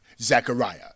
Zechariah